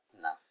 No